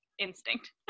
instinct